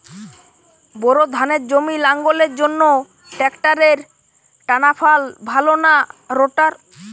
Bore ধানের জমি লাঙ্গলের জন্য ট্রাকটারের টানাফাল ভালো না রোটার?